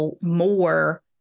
more